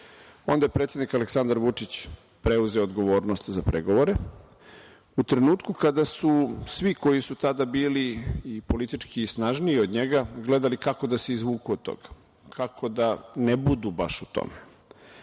je predsednik Aleksandar Vučić preuzeo odgovornost za pregovore u trenutku kada su svi koji su tada bili i politički snažniji od njega gledali kako da se izvuku od toga, kako da ne budu baš u tome.